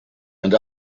and